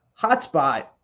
hotspot